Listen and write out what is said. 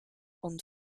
und